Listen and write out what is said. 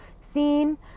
seen